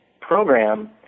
program